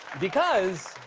because